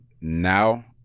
now